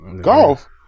golf